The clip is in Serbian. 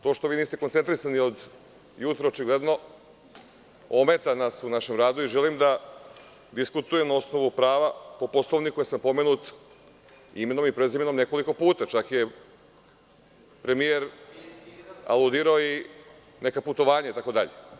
To što vi niste koncentrisani od jutros, očigledno, ometa nas u našem radu i želim da diskutujem na osnovu prava po Poslovniku, jer sama pomenut imenom i prezimenom nekoliko puta, čak je premijer aludirao i neka putovanja, itd.